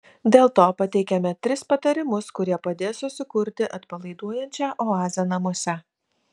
dėl to pateikiame tris patarimus kurie padės susikurti atpalaiduojančią oazę namuose